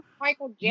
Michael